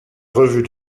revue